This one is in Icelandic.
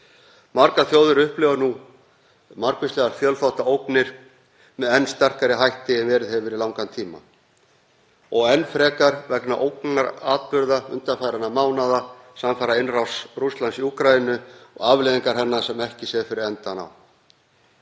Margar þjóðir upplifa nú margvíslegar fjölþáttaógnir með enn sterkari hætti en verið hefur í langan tíma og enn frekar vegna ógnaratburða undanfarinna mánaða samfara innrás Rússlands í Úkraínu og afleiðinga hennar sem ekki sér fyrir endann á.